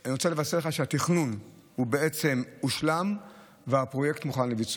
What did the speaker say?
אני רוצה לבשר לך שהתכנון בעצם הושלם והפרויקט מוכן לביצוע.